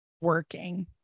working